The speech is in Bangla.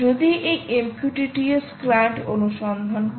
যদি এই MQTT S ক্লায়েন্ট অনুসন্ধান করে